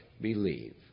believe